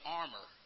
armor